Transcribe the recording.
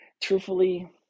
Truthfully